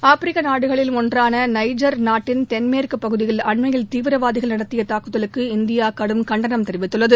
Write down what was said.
ஆப்பிரிக்க நாடுகளில் ஒன்றான நைஜர் நாட்டின் தென்மேற்குப் பகுதியில் அண்மையில் தீவிரவாதிகள் நடத்திய தாக்குதலுக்கு இந்தியா கடும கண்டனம் தெரிவித்துள்ளது